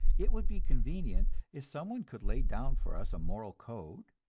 it would be convenient if someone could lay down for us a moral code,